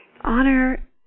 Honor